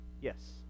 Yes